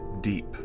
deep